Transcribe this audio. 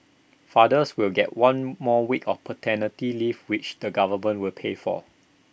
fathers will get one more week of paternity leave which the government will pay for